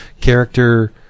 character